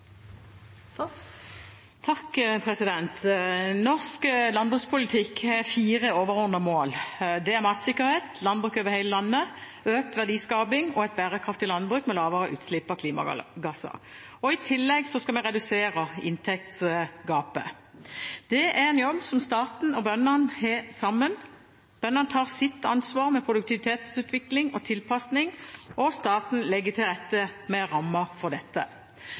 matsikkerhet, landbruk over hele landet, økt verdiskaping og et bærekraftig landbruk med lavere utslipp av klimagasser. I tillegg skal vi redusere inntektsgapet. Det er en jobb som staten og bøndene har sammen. Bøndene tar sitt ansvar med produktivitetsutvikling og tilpasning, og staten legger til rette med rammer for dette.